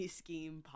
scheme